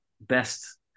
best